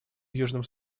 южном